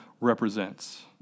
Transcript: represents